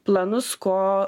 planus ko